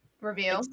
Review